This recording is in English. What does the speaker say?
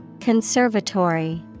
Conservatory